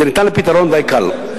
זה ניתן לפתרון די קל.